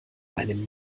einem